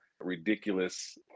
ridiculous